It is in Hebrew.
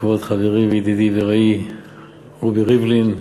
כבוד חברי וידידי ורעי רובי ריבלין,